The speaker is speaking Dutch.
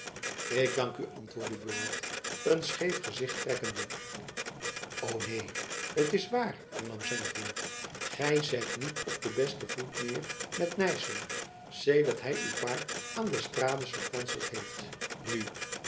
ik dank u antwoordde buat een scheef gezigt zettende o neen t is waar hernam zijn vriend gy zijt niet op den besten voet meer met nijssen sedert hy uw paard aan d'estrades verkwanseld heeft nu